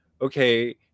okay